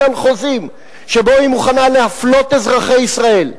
על חוזים שבהם היא מוכנה להפלות אזרחי ישראל,